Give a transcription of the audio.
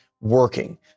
working